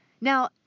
Now